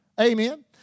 Amen